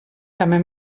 també